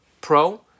Pro